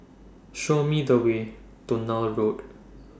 Show Me The Way to Neil Road